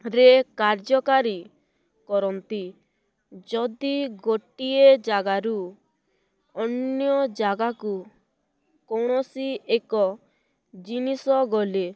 ରେ କାର୍ଯ୍ୟକାରୀ କରନ୍ତି ଯଦି ଗୋଟିଏ ଜାଗାରୁ ଅନ୍ୟ ଜାଗାକୁ କୌଣସି ଏକ ଜିନିଷ ଗଲେ